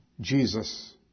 Jesus